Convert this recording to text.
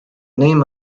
name